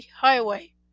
Highway